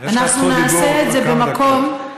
יש לך זכות דיבור עוד כמה דקות.